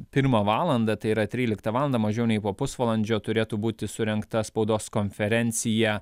pirmą valandą tai yra tryliktą valandą mažiau nei po pusvalandžio turėtų būti surengta spaudos konferencija